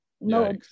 No